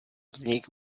vznik